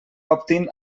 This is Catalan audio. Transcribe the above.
optin